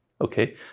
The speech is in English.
Okay